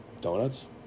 Donuts